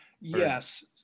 Yes